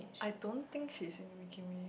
I don't think she's mimicking me